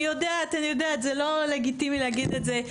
אני יודעת אני יודעת זה לא לגיטימי להגיד את זה,